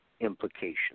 implications